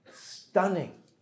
stunning